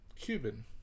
Cuban